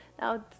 Now